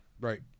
Right